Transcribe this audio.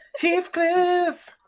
Heathcliff